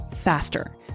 faster